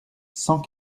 cent